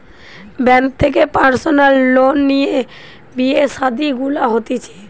bank থেকে personal loan লিয়ে বিয়ে শাদী গুলা হতিছে